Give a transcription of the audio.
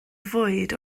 fwyd